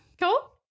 Cool